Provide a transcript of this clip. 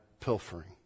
pilfering